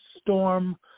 storm